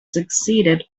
succeeded